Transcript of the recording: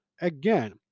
again